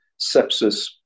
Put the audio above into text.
sepsis